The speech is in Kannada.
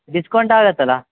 ಡಿಸ್ಕೌಂಟ್ ಆಗುತ್ತಲ್ಲ